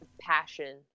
Passion